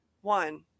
one